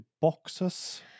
boxes